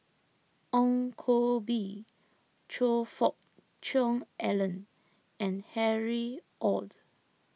Ong Koh Bee Choe Fook Cheong Alan and Harry Ord